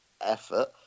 effort